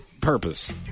purpose